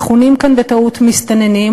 המכונים כאן בטעות "מסתננים",